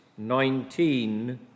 19